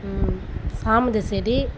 சாமந்தி செடி